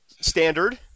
standard